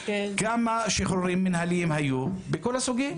כמה שחרורים מנהליים היו בכל הסוגים?